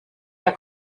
der